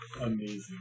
Amazing